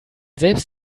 selbst